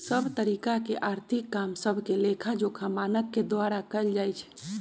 सभ तरिका के आर्थिक काम सभके लेखाजोखा मानक के द्वारा कएल जाइ छइ